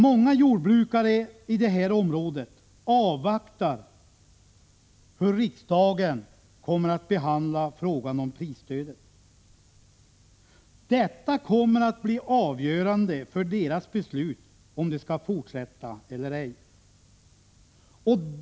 Många jordbrukare i det här området avvaktar hur riksdagen kommer att behandla frågan om prisstödet. Detta kommer att bli avgörande för deras beslut om de skall fortsätta eller ej.